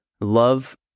love